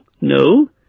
no